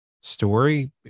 story